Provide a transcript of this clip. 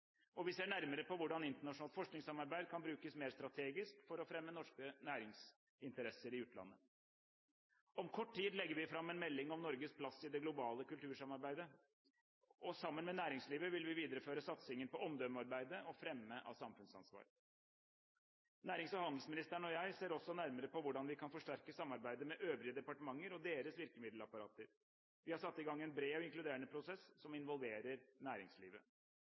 og vi ser nærmere på hvordan internasjonalt forskningssamarbeid kan brukes mer strategisk for å fremme norske næringsinteresser i utlandet. Om kort tid legger vi fram en melding om Norges plass i det globale kultursamarbeidet. Sammen med næringslivet vil vi videreføre satsingen på omdømmearbeidet og fremme av samfunnsansvar. Nærings- og handelsministeren og jeg ser også nærmere på hvordan vi kan forsterke samarbeidet med øvrige departementer og deres virkemiddelapparater. Vi har satt i gang en bred og inkluderende prosess som involverer næringslivet.